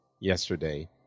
yesterday